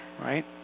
Right